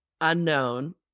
unknown